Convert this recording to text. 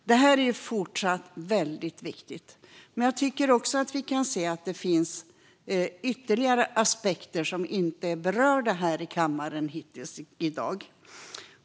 Detta är fortsatt väldigt viktigt. Men vi kan också se att det finns ytterligare aspekter som inte berörts här i kammaren hittills i dag.